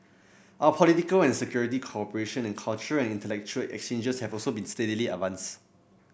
our political and security cooperation and cultural and intellectual exchanges have also been steadily advanced